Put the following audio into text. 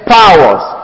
powers